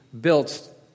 built